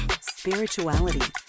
spirituality